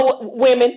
Women